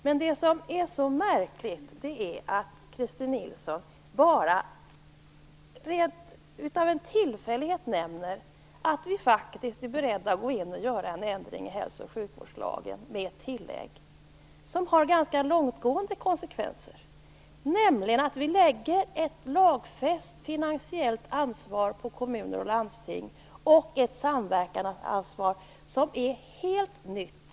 Men det som är så märkligt är att Christin Nilsson av en ren tillfällighet nämner att vi är beredda att gå in och göra en ändring i hälso och sjukvårdslagen i form av ett tillägg som får ganska långtgående konsekvenser. Vi lägger nämligen ett lagfäst finansiellt ansvar på kommuner och landsting och ett samverkansansvar som är helt nytt.